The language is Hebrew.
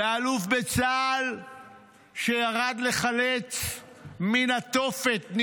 ואלוף בצה"ל שירד לחלץ ניצולים מן התופת,